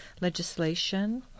legislation